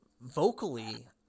vocally